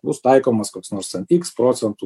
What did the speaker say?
bus taikomas koks nors ten iks procentų